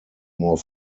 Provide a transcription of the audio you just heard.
more